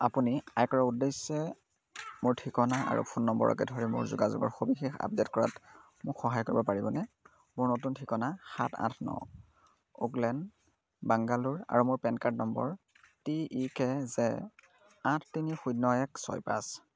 আপুনি আয়কৰৰ উদ্দেশ্যে মোৰ ঠিকনা আৰু ফোন নম্বৰকে ধৰি মোৰ যোগাযোগৰ সবিশেষ আপডেট কৰাত মোক সহায় কৰিব পাৰিবনে মোৰ নতুন ঠিকনা সাত আঠ ন ওক লেন বাংগালোৰ আৰু মোৰ PAN card number T E K J আঠ তিনি শূন্য এক ছয় পাঁচ